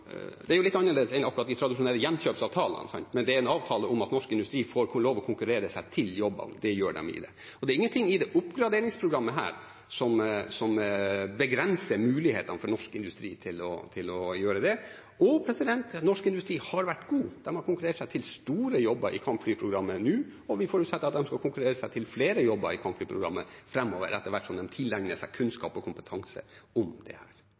annerledes enn akkurat de tradisjonelle gjenkjøpsavtalene, men det er en avtale om at norsk industri får lov til å konkurrere seg til jobbene, og det gjør de i dag. Det er ingenting i dette oppgraderingsprogrammet som begrenser mulighetene for norsk industri til å gjøre det. Norsk industri har vært god. De har konkurrert seg til store jobber i kampflyprogrammet nå, og vi forutsetter at de skal konkurrere seg til flere jobber i kampflyprogrammet framover etter hvert som de tilegner seg kunnskap og kompetanse om dette. Det